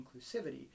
inclusivity